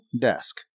desk